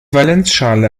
valenzschale